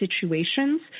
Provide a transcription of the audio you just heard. situations